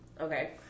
Okay